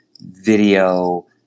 video